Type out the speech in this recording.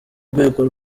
rwego